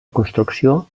construcció